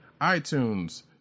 iTunes